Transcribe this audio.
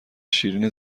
شیرین